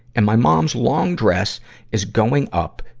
and my mom's long dress is going up,